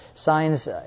Signs